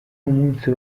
umunsi